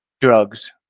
drugs